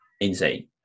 insane